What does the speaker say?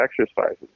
exercises